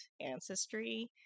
ancestry